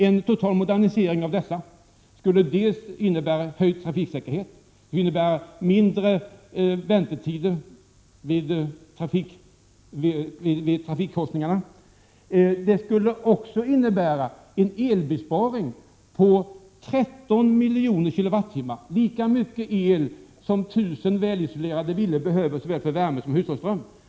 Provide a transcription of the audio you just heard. En total modernisering av dessa trafiksignaler skulle dels medföra höjd trafiksäkerhet, kortare väntetider vid trafikkorsningarna, dels en elbesparing på 13 miljoner kWh, dvs. lika mycket el som tusen välisolerade villor behöver såväl för värme som för hushållsström.